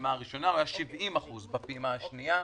בפעימה הראשונה, הוא 70% בפעימה השנייה.